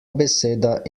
beseda